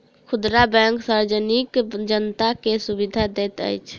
खुदरा बैंक सार्वजनिक जनता के सुविधा दैत अछि